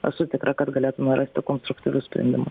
esu tikra kad galėtume rasti konstruktyvių sprendimų